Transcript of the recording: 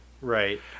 Right